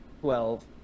Twelve